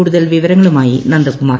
കൂടുതൽ വിവരങ്ങളുമായി നന്ദകുമാർ